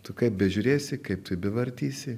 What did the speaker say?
tu kaip bežiūrėsi kaip tu jį bevartysi